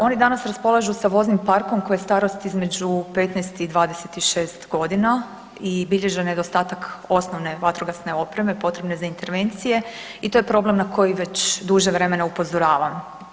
Oni danas raspolažu sa voznim parkom kojoj je starost između 15 i 26 godina i bilježe nedostatak osnovne vatrogasne opreme potrebne za intervencije i to je problem na koji već duže vremena upozoravam.